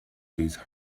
these